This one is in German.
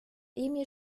emil